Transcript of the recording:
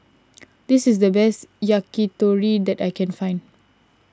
this is the best Yakitori that I can find